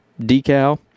decal